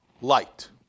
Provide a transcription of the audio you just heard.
light